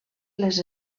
les